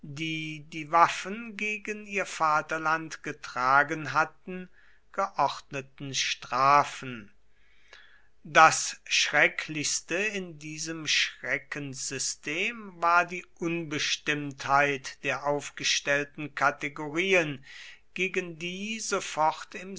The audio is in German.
die waffen gegen ihr vaterland getragen hatten geordneten strafen das schrecklichste in diesem schreckenssystem war die unbestimmtheit der aufgestellten kategorien gegen die